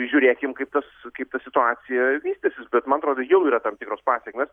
žiūrėkim kaip tas kaip ta situacija vystysis bet man atrodo jau yra tam tikros pasekmės